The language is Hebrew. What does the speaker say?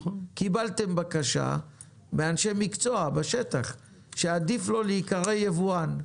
קיבלתם בקשה מאנשי מקצוע בשטח שעדיף לו להיקרא יבואן.